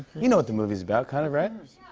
you know what the movie's about, kind of, right?